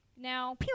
Now